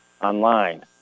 online